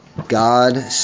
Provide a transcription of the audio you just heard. God